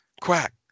quack